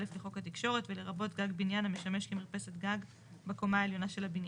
לחוק התקשורת ולרבות גג בניין המשמש כמרפסת גג בקומה העליונה של הבניין.